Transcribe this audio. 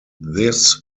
this